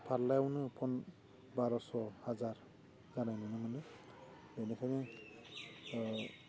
फारलायावनो बार'स' हाजार जानाय नुनो मोनो बेनिखायनो